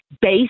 base